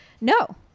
No